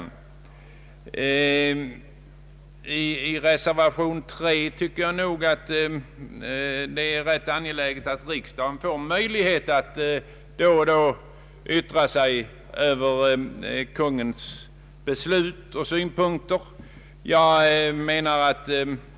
Vad beträffar reservation 3 tycker jag nog att det är rätt angeläget att riksdagen får möjlighet att då och då yttra sig över Kungl. Maj:ts beslut.